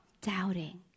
doubting